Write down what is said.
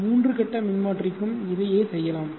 3 கட்ட மின்மாற்றிக்கும் இதையே செய்யலாம்